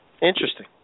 Interesting